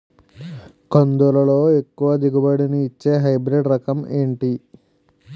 కందుల లో ఎక్కువ దిగుబడి ని ఇచ్చే హైబ్రిడ్ రకం ఏంటి?